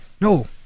no